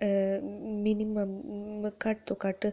जेह्ड़ा ऐ ओह् ओह् मिनिमम घट्ट शा घट्ट